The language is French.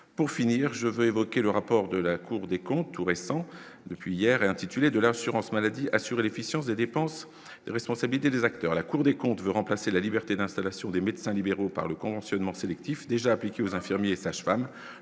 pour finir je veux évoquer le rapport de la Cour des comptes, tout récent, depuis hier et intitulé de l'assurance maladie, assurer l'efficience des dépenses, la responsabilité des acteurs,